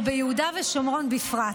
אבל ביהודה ושומרון בפרט.